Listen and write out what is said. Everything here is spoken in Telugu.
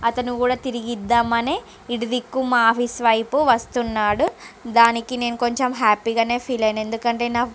అతను కూడా తిరిగి ఇద్దాం అనే ఇటు దిక్కు మా ఆఫీస్ వైపు వస్తున్నాడు దానికి నేను కొంచెం హ్యాపీ గానే ఫీల్ అయ్యిన ఎందుకంటే నా